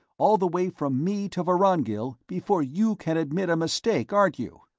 all the way from me to vorongil, before you can admit a mistake, aren't you?